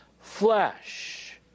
flesh